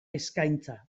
eskaintza